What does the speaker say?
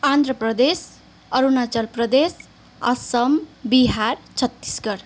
Andhra Pradesh Arunachal Pradesh Assam Bihar Chhattisgarh